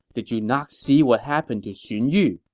did you not see what happened to xun yu?